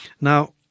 now